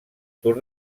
tour